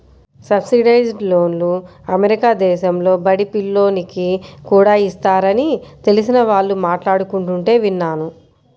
subsidised లోన్లు America దేశంలో బడి పిల్లోనికి కూడా ఇస్తారని తెలిసిన వాళ్ళు మాట్లాడుకుంటుంటే విన్నాను